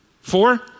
Four